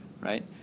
right